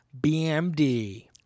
BMD